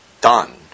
done